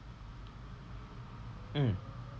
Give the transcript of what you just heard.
mm